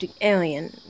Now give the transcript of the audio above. alien